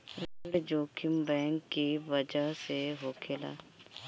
ऋण जोखिम बैंक की बजह से होखेला